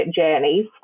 journeys